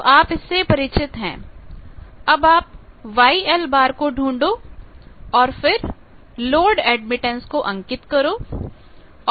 तो आप इससे परिचित हैं अब आप YL को ढूंढो और फिर लोड एडमिटेंस को अंकित करें